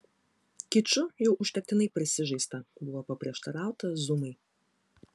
kiču jau užtektinai prisižaista buvo paprieštarauta zumai